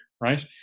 right